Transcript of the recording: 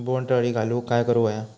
बोंड अळी घालवूक काय करू व्हया?